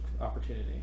opportunity